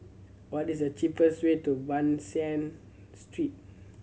what is the cheapest way to Ban San Street